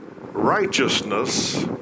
Righteousness